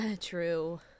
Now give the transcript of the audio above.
True